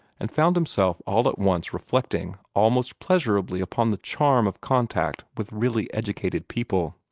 and found himself all at once reflecting almost pleasurably upon the charm of contact with really educated people.